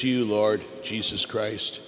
to lord jesus christ